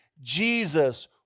Jesus